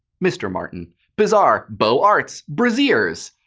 mr. martin bizarre, beaux-arts, brassieres!